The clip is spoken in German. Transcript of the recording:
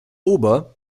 ober